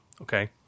okay